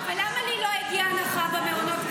אבל למה לי לא הגיעה הנחה במעונות?